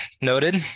noted